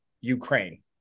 Ukraine